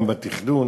גם בתכנון.